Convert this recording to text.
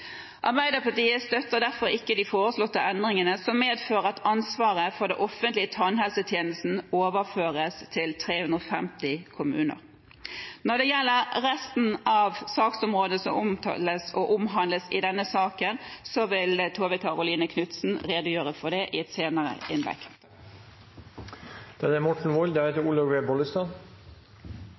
Arbeiderpartiet støtter derfor ikke de foreslåtte endringene som medfører at ansvaret for den offentlige tannhelsetjenesten overføres til 350 kommuner. Når det gjelder resten av saksområdet som omtales og omhandles i denne saken, vil Tove Karoline Knutsen redegjøre for det i et senere innlegg. Regjeringen bygger pasientens helsetjeneste, millimeter for millimeter og stein på stein. Fremskrittspartiet er